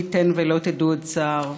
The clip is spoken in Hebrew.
מי ייתן ולא תדעו עוד צער.